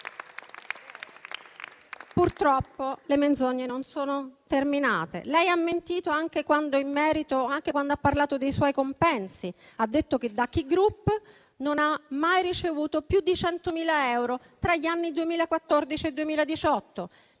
purtroppo le menzogne non sono terminate. Lei ha mentito anche quando ha parlato dei suoi compensi: ha detto che da che Ki Group non ha mai ricevuto più di 100.000 euro tra gli anni 2014 e 2018.